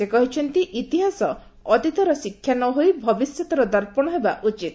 ସେ କହିଛନ୍ତି ଇତିହାସ ଅତୀତର ଶିକ୍ଷା ନ ହୋଇ ଭବିଷ୍ୟତର ଦର୍ପଣ ହେବା ଉଚିତ